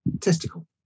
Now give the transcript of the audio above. testicle